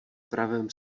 pravém